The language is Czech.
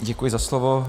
Děkuji za slovo.